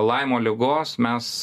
laimo ligos mes